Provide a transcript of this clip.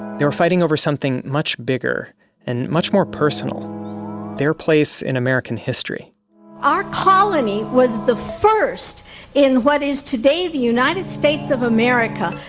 they were fighting over something much bigger and much more personal their place in american history our colony was the first in what is today the united states of america.